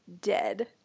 dead